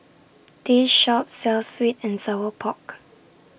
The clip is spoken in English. This Shop sells Sweet and Sour Pork